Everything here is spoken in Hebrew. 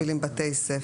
"בתי ספר".